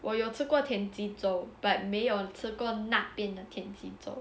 我有吃过田鸡粥 but 没有吃过那边的田鸡粥